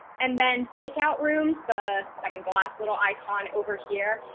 and then breakout rooms, the second to last little icon over here.